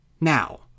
Now